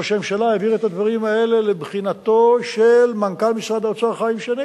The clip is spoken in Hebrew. ראש הממשלה העביר את הדברים האלה לבחינתו של מנכ"ל משרד האוצר חיים שני,